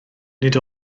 nid